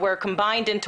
שמכינה אותו